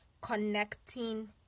connecting